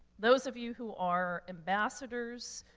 those of you who are ambassadors,